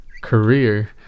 career